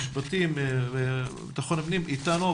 משרד המשפטים והמשרד לביטחון פנים אתנו,